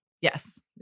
Yes